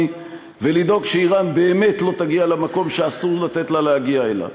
ולדאוג שאיראן באמת לא תגיע למקום שאסור לתת לה להגיע אליו.